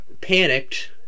panicked